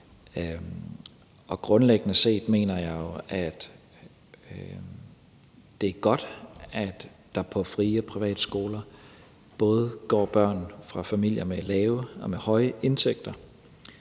Grundlæggende set mener jeg, at det er godt, at der på frie og private skoler går børn fra familier med både lave og høje indtægter.